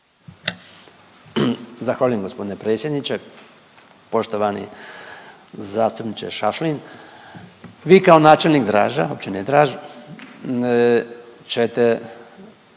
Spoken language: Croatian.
Zahvaljujem g. predsjedniče. Poštovani zastupniče Šašlin, vi kao načelnik Draža, Općine Draž ćete